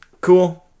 cool